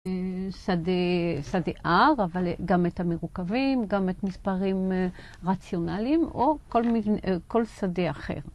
שדה R, אבל גם את המרוכבים, גם את מספרים רציונליים, או כל שדה אחר.